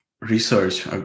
research